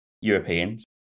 Europeans